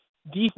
defense